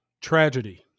Tragedy